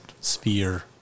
sphere